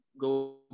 go